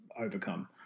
overcome